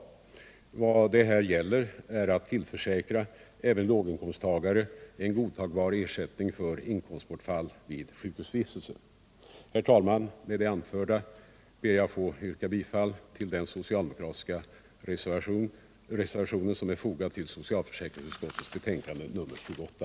Vad det här gäller är att tillförsäkra även låginkomsttagare en godtagbar ersättning för inkomstbortfall vid sjukhusvistelse. Herr talman! Med det anförda ber jag att få yrka bifall till den socialdemokratiska reservation som är fogad till socialförsäkringsutskottets betänkande nr 28.